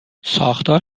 ساختار